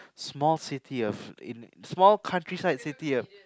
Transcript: small city of in small country side city of